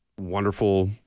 wonderful